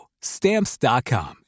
stamps.com